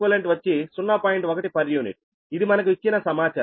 ఇది మనకు ఇచ్చిన సమాచారం